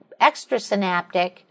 extrasynaptic